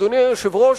אדוני היושב-ראש,